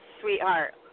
sweetheart